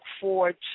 forward